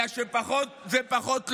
כי זה פחות לאומני?